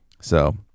So-